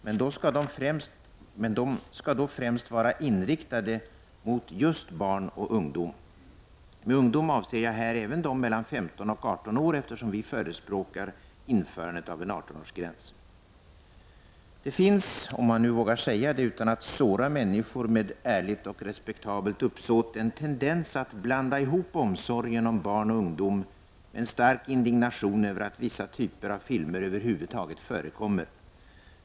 Men de skall då främst vara inriktade mot just barn och ungdom. Med ungdom avser jag här även dem mellan 15 och 18 år, eftersom vi förespråkar införandet av en 18-årsgräns. Det finns — om man nu vågar säga det utan att såra människor med ärligt och respektabelt uppsåt — en tendens att blanda ihop omsorgen om barn och ungdom med en stark indignation över att vissa typer av filmer över huvud taget förekommer.